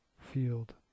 field